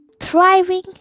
thriving